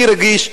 הכי רגיש,